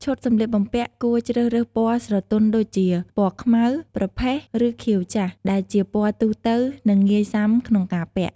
ឈុតសម្លៀកបំពាក់គួរជ្រើសរើសពណ៌ស្រទន់ដូចជា ពណ៌ខ្មៅ ប្រផេះ ឬខៀវចាស់ ដែលជាពណ៌ទូទៅ និងងាយសាំក្នុងការពាក់។